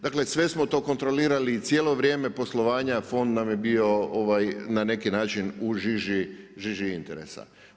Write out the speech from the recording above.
Dakle, sve smo to kontrolirali i cijelo vrijeme poslovanja, fond nam je bio na neki način u žiži interesa.